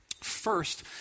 First